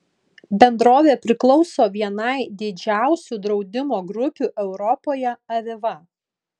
bendrovė priklauso vienai didžiausių draudimo grupių europoje aviva